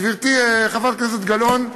גברתי חברת הכנסת גלאון,